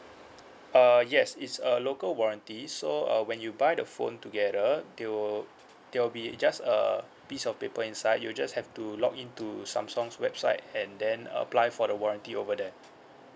uh yes it's a local warranty so uh when you buy the phone together they will they will be just a piece of paper inside you just have to log in to samsung's website and then apply for the warranty over there